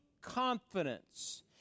confidence